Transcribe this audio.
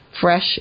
fresh